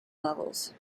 levels